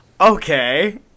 Okay